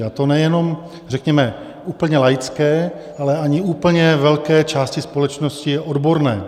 A to nejenom řekněme úplně laické, ale ani úplně velké části společnosti odborné.